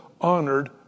honored